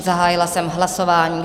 Zahájila jsem hlasování.